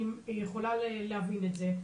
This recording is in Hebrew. אני יכולה להבין את זה,